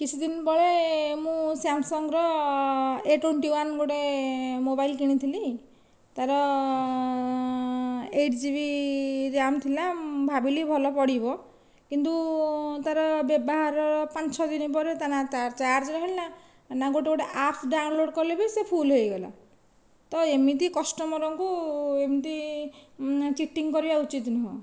କିଛିଦିନ ବଳେ ମୁଁ ସ୍ୟାମସଙ୍ଗର ଏ ଟ୍ୱେଣ୍ଟି ୱାନ ଗୋଟେ ମୋବାଇଲ କିଣିଥିଲି ତାର ଏଇଟ ଜି ବି ରାୟାମ ଥିଲା ଭାବିଲି ଭଲ ପଡ଼ିବ କିନ୍ତୁ ତାର ବ୍ୟବହାର ପାଞ୍ଚ ଛଅ ଦିନ ପରେ ନା ତା ଚାର୍ଜ ରହିଲା ନା ଗୋଟେ ଗୋଟେ ଆପ୍ସ ଡାଉନଲୋଡ଼ କଲେ ବି ସେ ଫୁଲ ହେଇଗଲା ତ ଏମିତି କଷ୍ଟମରଙ୍କୁ ଏମିତି ଚିଟିଙ୍ଗ କରିବା ଉଚିତ ନୁହଁ